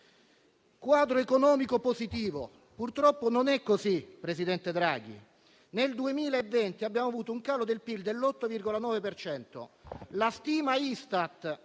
Quadro economico positivo: purtroppo non è così, presidente Draghi. Nel 2020 abbiamo avuto un calo del PIL dell'8,9 per cento; la stima Istat